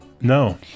No